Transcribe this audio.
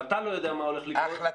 ואתה לא יודע מה הולך לקרות --- ההחלטה